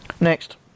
Next